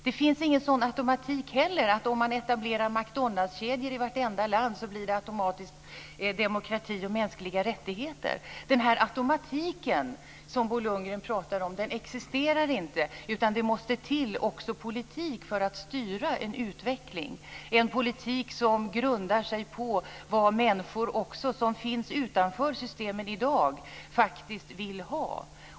Det finns inte heller en sådan automatik att om man etablerar McDonald s-kedjor i vartenda land, så blir det automatiskt demokrati och mänskliga rättigheter. Den automatik som Bo Lundgren talar om existerar inte, utan det måste också till politik för att styra en utveckling, en politik som grundar sig på vad människor som också finns utanför systemen i dag faktiskt vill ha.